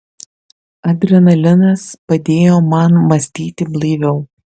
adrenalinas padėjo man mąstyti blaiviau